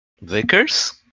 Vickers